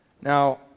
Now